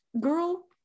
Girl